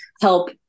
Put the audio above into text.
help